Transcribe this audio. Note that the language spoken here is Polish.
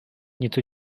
nieco